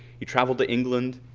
he traveled to england.